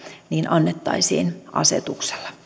annettaisiin asetuksella